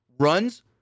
Runs